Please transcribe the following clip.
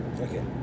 Okay